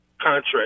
contract